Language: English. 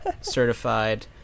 certified